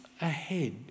ahead